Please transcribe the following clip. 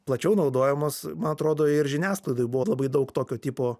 plačiau naudojamos man atrodo ir žiniasklaidoj buvo labai daug tokio tipo